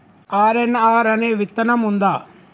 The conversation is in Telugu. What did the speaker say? ఆర్.ఎన్.ఆర్ అనే విత్తనం ఉందా?